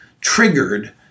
triggered